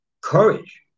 courage